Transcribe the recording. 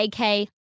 AK